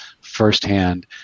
firsthand